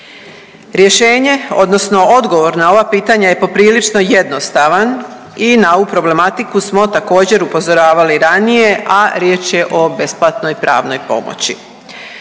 Rješenje, odnosno odgovor na ova pitanja je poprilično jednostavan i na ovu problematiku smo također, upozoravali ranije, a riječ je o besplatnoj pravnoj pomoći.